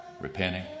repenting